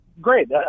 great